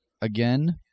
Again